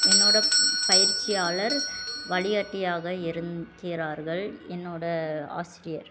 என்னோடய பயிற்சியாளர் வழிகாட்டியாக இருக்கிறார்கள் என்னோடய ஆசிரியர்